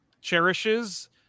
cherishes